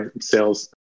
sales